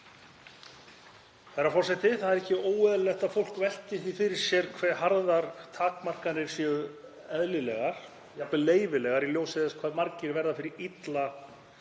Herra forseti. Það er ekki óeðlilegt að fólk velti því fyrir sér hve harðar takmarkanir séu eðlilegar, jafnvel leyfilegar, í ljósi þess hve margir verða illa